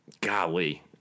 golly